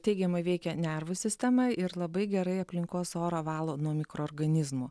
teigiamai veikia nervų sistemą ir labai gerai aplinkos orą valo nuo mikroorganizmų